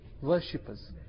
worshippers